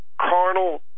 carnal